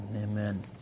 Amen